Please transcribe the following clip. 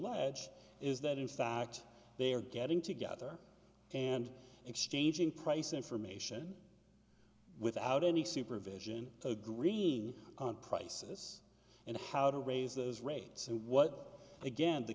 e is that in fact they are getting together and exchanging price information without any supervision agreeing on prices and how to raise those rates and what again t